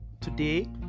Today